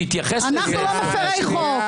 אנחנו לא מפרי חוק.